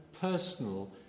personal